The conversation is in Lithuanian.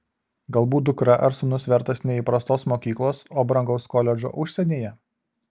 galbūt dukra ar sūnus vertas ne įprastos mokyklos o brangaus koledžo užsienyje